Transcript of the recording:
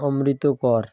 অমৃত কর